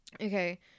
okay